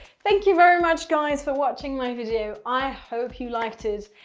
thank you very much guys for watching my video. i hope you liked it,